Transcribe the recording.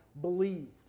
believed